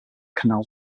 canal